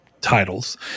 titles